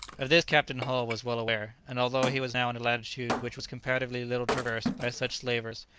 of this captain hull was well aware, and although he was now in a latitude which was comparatively little traversed by such slavers,